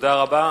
תודה רבה.